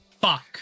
Fuck